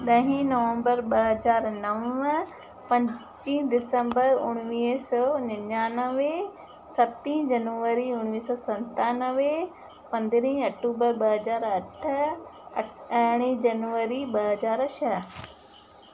ॾही नवम्बर ॿ हज़ार नव पंजी दिसम्बर उणिवीह सौ निनाणवे सती जनवरी उणिवीह सौ सत्तानवे पंद्रहीं अक्टूबर ॿ हज़ार अठ अ अरिड़हीं जनवरी ॿ हज़ार छह